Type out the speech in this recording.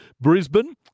Brisbane